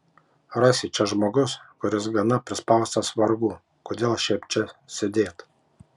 rasi čia žmogus kuris gana prispaustas vargų kodėl šiaip čia sėdėtų